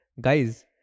Guys